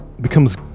Becomes